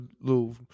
little